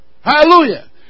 Hallelujah